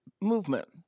movement